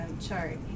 chart